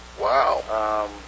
Wow